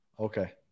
Okay